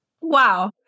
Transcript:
Wow